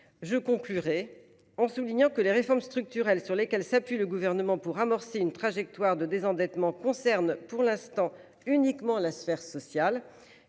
Je conclurai en soulignant que les réformes structurelles, sur lesquelles s'appuie le gouvernement pour amorcer une trajectoire de désendettement concerne pour l'instant uniquement la sphère sociale